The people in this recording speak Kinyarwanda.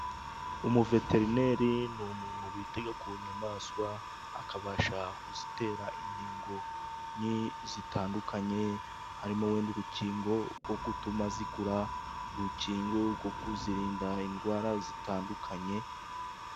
Umuveterineri ni umuntu wita ku nyamaswa akabasha kuzitera inkingo zitandukanye, harimo nk'urukingo rwo gutuma zikura, urukingo rwo kuzirinda indwara zitandukanye.